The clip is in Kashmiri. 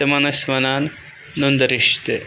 تِمَن ٲسۍ وَنان نُندٕ رِیش تہِ